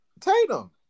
Tatum